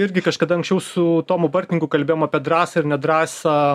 irgi kažkada anksčiau su tomu bartninku kalbėjom apie drąsą ir nedrąsą